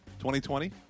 2020